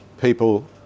people